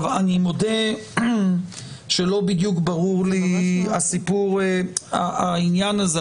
אני מודה שלא בדיוק ברור לי העניין הזה,